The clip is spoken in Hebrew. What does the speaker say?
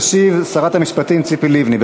תשיב שרת המשפטים ציפי לבני.